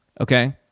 Okay